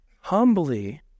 humbly